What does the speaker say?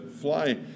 fly